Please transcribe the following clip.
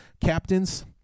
captains